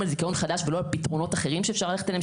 על זיכיון חדש ולא על פתרונות אחרים שאפשר ללכת עליהם,